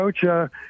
Coach